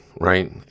right